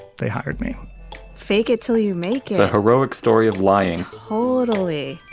they hired me fake it till you make a heroic story of lying whole italy.